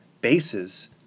bases